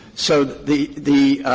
so the the